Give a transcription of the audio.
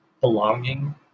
belonging